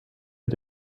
mit